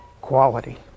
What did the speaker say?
quality